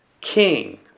king